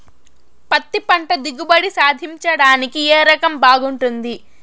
పత్తి పంట దిగుబడి సాధించడానికి ఏ రకం బాగుంటుంది?